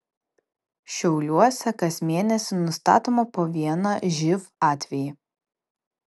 šiauliuose kas mėnesį nustatoma po vieną živ atvejį